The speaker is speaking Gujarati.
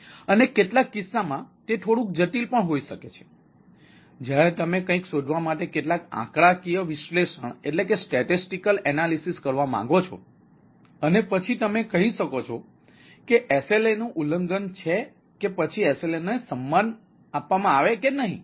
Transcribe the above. અને પછી તમે કહી શકો છો કે SLA નું ઉલ્લંઘન છે કે પછી SLA નો સન્માન આપવામાં આવે કે નહીં